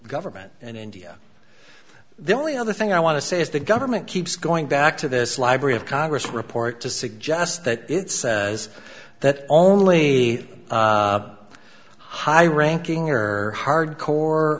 government and india the only other thing i want to say is the government keeps going back to this library of congress report to suggest that it says that only high ranking or hard core